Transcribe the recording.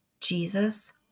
Jesus